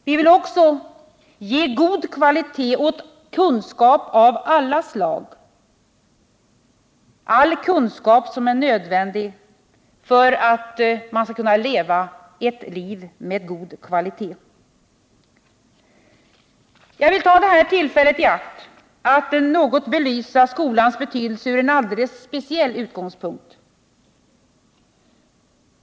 Vi vill också ge ett gott innehåll åt kunskap av alla slag — all kunskap som är nödvändig för att man skall kunna leva ett liv med god kvalitet. Jag vill ta tillfället i akt att något belysa skolans betydelse från en alldeles speciell utgångspunkt.